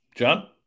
John